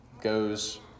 goes